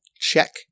check